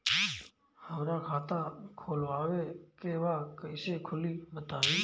हमरा खाता खोलवावे के बा कइसे खुली बताईं?